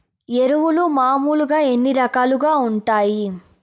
ఎరువులు మామూలుగా ఎన్ని రకాలుగా వుంటాయి?